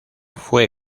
fue